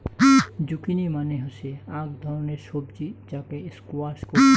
zucchini মানে হসে আক ধরণের সবজি যাকে স্কোয়াশ কহু